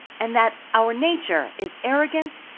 and that our nature is arrogant,